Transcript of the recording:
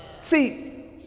See